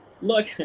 look